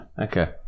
Okay